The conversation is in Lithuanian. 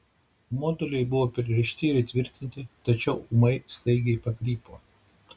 moduliai buvo pririšti ir įtvirtinti tačiau ūmai staigiai pakrypo